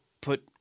put